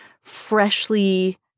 freshly